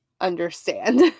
understand